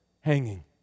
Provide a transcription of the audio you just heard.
hanging